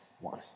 one